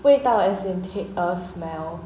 味道 as in tak~ um smell